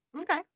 Okay